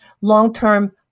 long-term